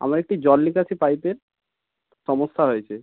আমার একটি জলনিকাশি পাইপের সমস্যা হয়েছে